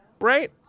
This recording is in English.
Right